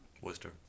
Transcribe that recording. Worcester